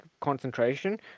concentration